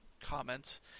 comments